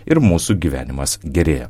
ir mūsų gyvenimas gerėja